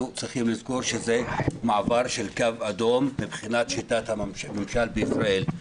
צריכים לזכור שזה מעבר של קו אדום מבחינת שיטת המימשל בישראל.